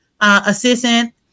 assistant